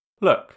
Look